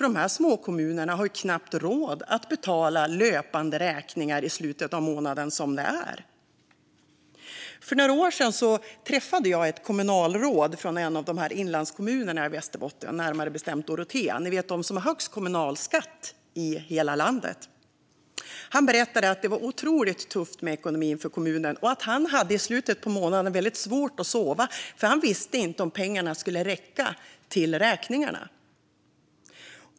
De här småkommunerna har knappt råd att betala löpande räkningar i slutet av månaden som det är. För några år sedan träffade jag ett kommunalråd från en av inlandskommunerna i Västerbotten, närmare bestämt Dorotea - ni vet de som har högst kommunalskatt i hela landet. Han berättade att det var otroligt tufft med ekonomin för kommunen och att han i slutet av månaden hade väldigt svårt att sova då han inte visste om pengarna skulle räcka till räkningarna.